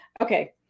Okay